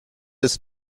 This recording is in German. ist